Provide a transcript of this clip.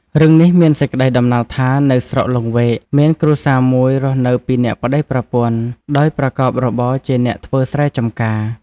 រឿងនេះមានសេចក្ដីតំណាលថា នៅស្រុកលង្វែក មានគ្រួសារមួយរស់នៅពីរនាក់ប្ដីប្រពន្ធដោយប្រកបរបរជាអ្នកធ្វើស្រែចម្ការ ។